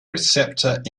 receptor